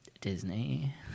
Disney